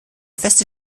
feste